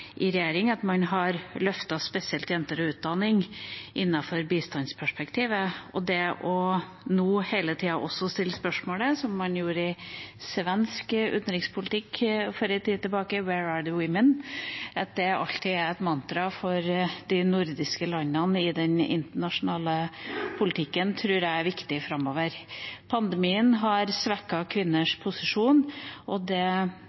regjering at man har løftet spesielt jenter og utdanning innenfor bistandsperspektivet, og at man nå hele tida også stiller det spørsmålet som man gjorde i svensk utenrikspolitikk for en tid tilbake: «Where are the women?» At det alltid er et mantra for de nordiske landene i den internasjonale politikken, tror jeg er viktig framover. Pandemien har svekket kvinners posisjon, og det